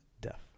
death